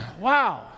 Wow